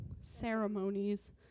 ceremonies